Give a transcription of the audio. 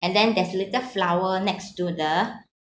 and then there's little flower next to the